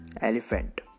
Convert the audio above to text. elephant